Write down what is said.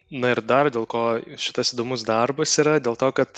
na ir dar dėl ko šitas įdomus darbas yra dėl to kad